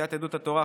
סיעת יהדות התורה,